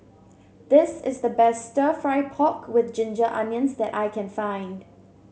this is the best stir fry pork with Ginger Onions that I can find